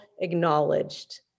acknowledged